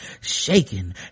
shaking